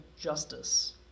justice